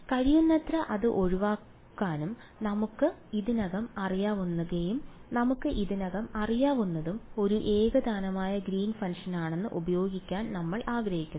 കഴിയുന്നത്ര അത് ഒഴിവാക്കാനും നമുക്ക് ഇതിനകം അറിയാവുന്നതും നമുക്ക് ഇതിനകം അറിയാവുന്നതും ഒരു ഏകതാനമായ ഗ്രീൻ ഫംഗ്ഷനാണെന്ന് ഉപയോഗിക്കാൻ നമ്മൾ ആഗ്രഹിക്കുന്നു